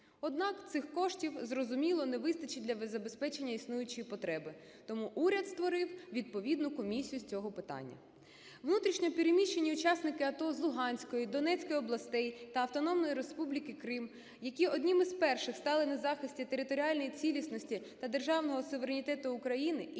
Однак, цих коштів, зрозуміло, не вистачить для забезпечення існуючої потреби. Тому уряд створив відповідну комісію з цього питання. Внутрішньо переміщені учасники АТО з Луганської, Донецької областей та Автономної Республіки Крим, які одні з перших стали на захисті територіальної цілісності та державного суверенітету України,